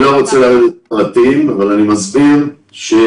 אני לא רוצה לרדת לפרטים אבל אני מסביר שביטול